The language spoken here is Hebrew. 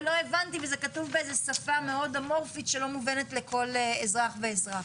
ולא הבנתי וזה כתוב באיזה שפה מאוד אמורפית שלא מובנת לכל אזרח ואזרח.